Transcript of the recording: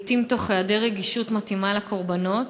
לעתים תוך חוסר רגישות מתאימה לקורבנות,